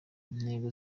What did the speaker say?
intego